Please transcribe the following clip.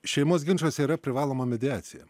šeimos ginčuose yra privaloma mediacija